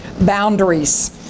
boundaries